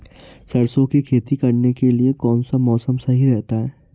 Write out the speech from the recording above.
सरसों की खेती करने के लिए कौनसा मौसम सही रहता है?